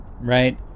right